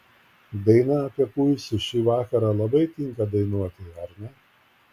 daina apie kuisį šį vakarą labai tinka dainuoti ar ne